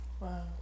Wow